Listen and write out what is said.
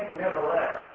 nevertheless